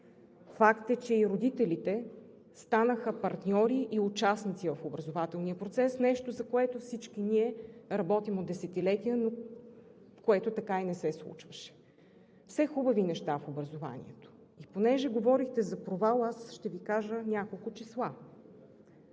Факт е, че и родителите станаха партньори и участници в образователния процес – нещо, за което всички ние работим от десетилетия, но така и не се случваше. Все хубави неща в образованието. Понеже говорихте за провал, аз ще Ви кажа няколко числа.